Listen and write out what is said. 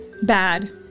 Bad